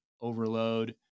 overload